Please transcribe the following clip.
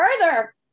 further